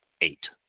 eight